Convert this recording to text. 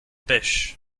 pêchent